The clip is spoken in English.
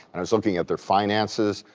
and i was looking at their finances,